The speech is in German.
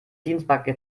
dienstmarke